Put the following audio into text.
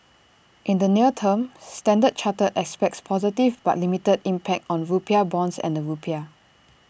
in the near term standard chartered expects positive but limited impact on rupiah bonds and the rupiah